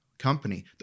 company